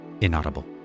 INAUDIBLE